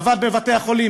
עבד בבתי-חולים,